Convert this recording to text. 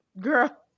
girl